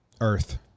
Earth